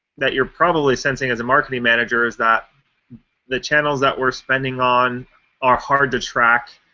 that you're probably sensing as a marketing manager is that the channels that we're spending on are hard to track,